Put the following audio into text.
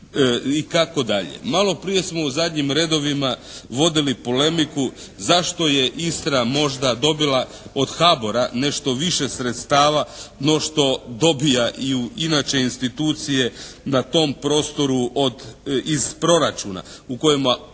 Malo prije smo u zadnjim redovima vodili polemiku zašto je Istra možda dobila od HBOR-a nešto više sredstava no što dobivaju inače institucije na tom prostoru iz proračuna u kojemu